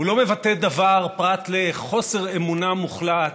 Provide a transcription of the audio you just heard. הוא לא מבטא דבר פרט לחוסר אמונה מוחלט,